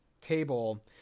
table